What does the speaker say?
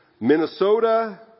Minnesota